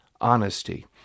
honesty